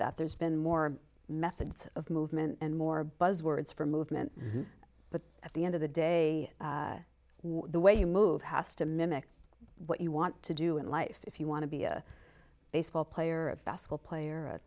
that there's been more methods of movement and more buzzwords for movement but at the end of the day the way you move has to mimic what you want to do in life if you want to be a baseball player or a best school player